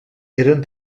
eren